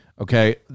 Okay